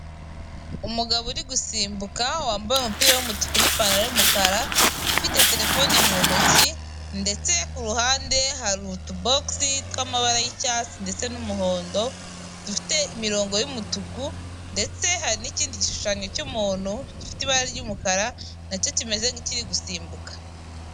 Umugabo uri gusimbuka wambaye umupira w'umutuku n'ipantaro y'umukara, ufite terefone mu ntoki ndetse ku ruhande hari utubogisi tw'amabara y'icyatsi ndetse n'umuhondo, dufite imirongo y'umutuku ndetse hari n'ikindi gishushanyo cy'umuntu gifite ibara ry'umukara na cyo kimeze nk'ikiri gusimbuka.